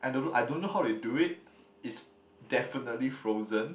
I don't know how they do it it's definitely frozen